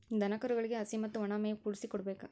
ದನಕರುಗಳಿಗೆ ಹಸಿ ಮತ್ತ ವನಾ ಮೇವು ಕೂಡಿಸಿ ಕೊಡಬೇಕ